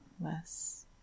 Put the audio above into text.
less